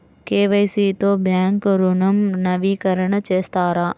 KYC తో bank ఋణం నవీకరణ చేస్తారా?